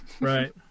Right